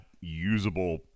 usable